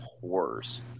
horrors